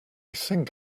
think